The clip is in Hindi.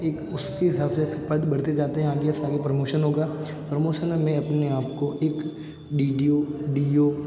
एक उसके हिसाब से पद बढ़ते जाते हैं आगे से आगे प्रमोशन होगा प्रमोशन में मैं अपने आप को एक डी डी ओ डी ओ